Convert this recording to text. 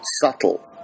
subtle